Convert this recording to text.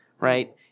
Right